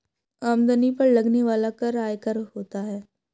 आमदनी पर लगने वाला कर आयकर होता है